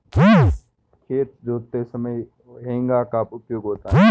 खेत जोतते समय हेंगा का उपयोग होता है